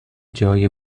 جای